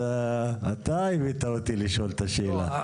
אתה הבאת אותי לשאול את השאלה.